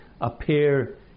appear